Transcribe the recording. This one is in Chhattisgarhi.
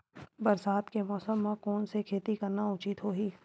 बरसात के मौसम म कोन से खेती करना उचित होही?